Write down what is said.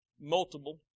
Multiple